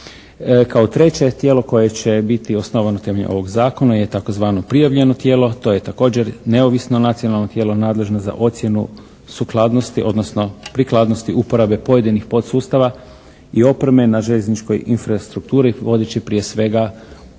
Kao treće, tijelo koje će biti osnovano temeljem ovog zakona je tzv. prijavljeno tijelo. To je također neovisno nacionalno tijelo nadležno za ocjenu sukladnosti, odnosno prikladnosti uporabe pojedinih podsustava i opreme na željezničkoj infrastrukturi vodeći prije svega računa